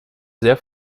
sehr